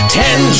ten